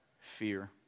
fear